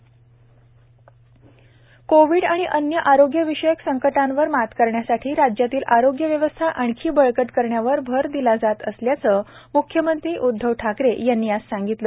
म्ख्यमंत्री कोविड आणि अन्य आरोग्य विषयक संकटांवर मात करण्यासाठी राज्यातील आरोग्य व्यवस्था आणखी बळकट करण्यावर भर दिला जात असल्याचे म्ख्यमंत्री उद्धव ठाकरे यानी आजसांगितले